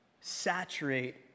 saturate